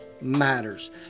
matters